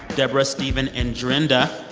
deborah, steven, and drinda.